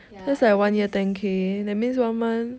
ya at least there